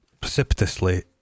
precipitously